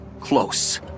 close